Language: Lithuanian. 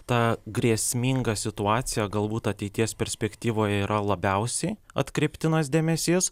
ta grėsminga situacija galbūt ateities perspektyvoj yra labiausiai atkreiptinas dėmesys